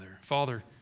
Father